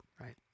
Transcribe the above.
right